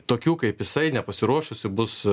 tokių kaip jisai nepasiruošusių bus